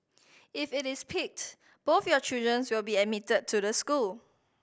if it is picked both your children's will be admitted to the school